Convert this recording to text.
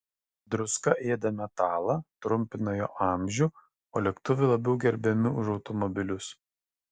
druska ėda metalą trumpina jo amžių o lėktuvai labiau gerbiami už automobilius